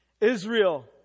Israel